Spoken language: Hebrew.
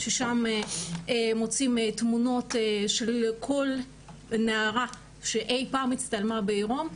ששם מוצאים תמונות של כל נערה שאי פעם הצטלמה בעירום,